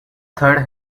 third